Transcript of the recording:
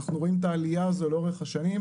אנחנו רואים את העלייה הזו לאורך השנים.